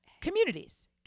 communities